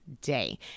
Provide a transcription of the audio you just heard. day